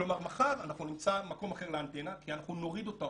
כלומר מחר אנחנו נמצא מקום אחר לאנטנה כי אנחנו נוריד אותה